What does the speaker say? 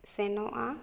ᱥᱮᱱᱚᱜᱼᱟ